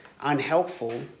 unhelpful